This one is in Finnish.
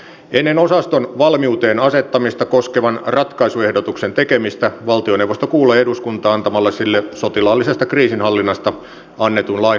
ennen osaston valmiuteen asettamista koskevan ratkaisuehdotuksen tekemistä valtioneuvosto kuulee eduskuntaa antamalla sille sotilaallisesta kriisinhallinnasta annetun lain mukaisen selonteon